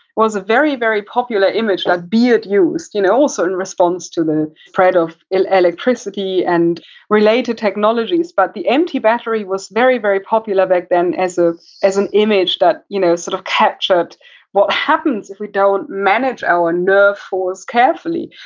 was a very, very popular image that beard used, you know, a certain response to the thread of electricity and related technologies but, the empty battery was very, very popular back then as ah as an image that you know sort of captured what happens if we don't manage our nerve force carefully.